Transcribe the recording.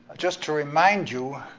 just to remind you,